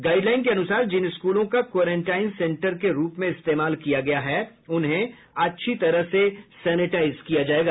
guide line के अनुसार जिन स्कूलों का क्वेरंटाइन सेंटरों के रूप में इस्तेमाल किया गया है उन्हें अच्छी तरह से सेनेटाइज किया जाएगा